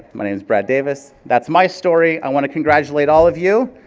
my name's brad davis, that's my story, i wanna congratulate all of you,